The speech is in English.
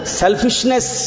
selfishness